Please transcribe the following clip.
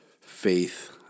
faith